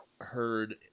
heard